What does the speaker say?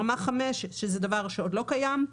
רמה 5, זה דבר שעוד לא קיים,